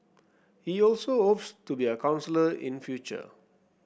he also hopes to be a counsellor in future